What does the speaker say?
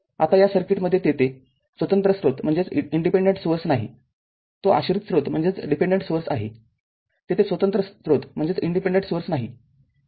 आताया सर्किटमध्ये तेथे स्वतंत्र स्रोत नाही तो आश्रित स्रोत आहेतेथे स्वतंत्र स्रोत नाही